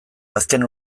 azken